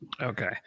Okay